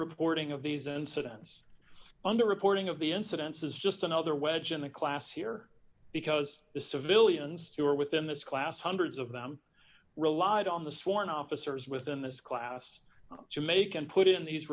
reporting of these incidents and the reporting of the incidents is just another wedge in the class here because the civilians who were within this class hundreds of them relied on the sworn officers within this class jamaican put in these